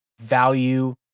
value